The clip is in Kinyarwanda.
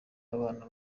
abana